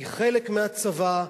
היא חלק מהצבא,